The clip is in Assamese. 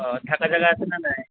আঁ থাকা জেগা আছে না নাই